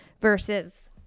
versus